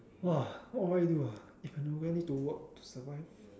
!wah! what would I do ah if I don't need to work to survive